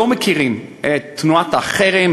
לא מכירים את תנועות החרם,